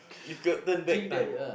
if could turn back time